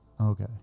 okay